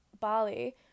Bali